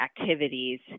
activities